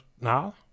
now